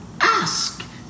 Ask